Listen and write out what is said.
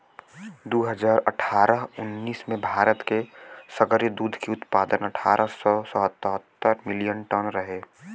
दू हज़ार अठारह उन्नीस में भारत के सगरी दूध के उत्पादन अठारह सौ सतहत्तर मिलियन टन रहे